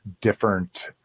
different